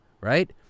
Right